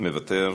מוותר,